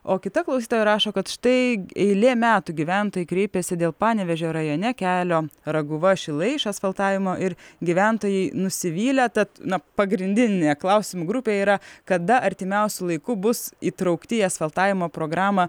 o kita klausytoja rašo kad štai eilė metų gyventojai kreipėsi dėl panevėžio rajone kelio raguva šilai išasfaltavimo ir gyventojai nusivylę tad na pagrindinė klausimų grupė yra kada artimiausiu laiku bus įtraukti į asfaltavimo programą